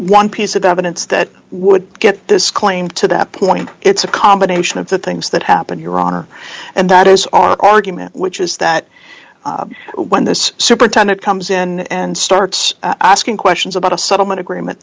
one piece of evidence that would get this claim to that point it's a combination of the things that happened your honor and that is our argument which is that when this superintendent comes in and starts asking questions about a settlement agreement